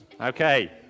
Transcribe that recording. Okay